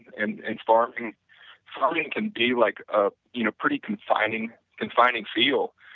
and and farming farming can be like ah you know pretty confining confining field